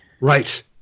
Right